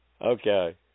Okay